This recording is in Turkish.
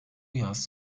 yaz